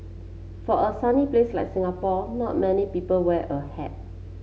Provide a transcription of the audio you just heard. for a sunny place like Singapore not many people wear a hat